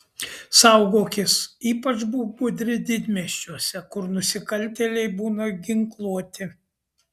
saugokis ypač būk budri didmiesčiuose kur nusikaltėliai būna ginkluoti